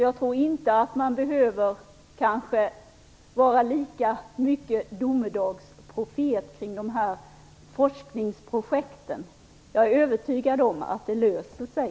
Jag tror därför att man kanske inte behöver vara så mycket av domedagsprofet när det gäller de här projekten. Jag är övertygad om att detta löser sig.